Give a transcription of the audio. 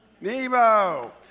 Nemo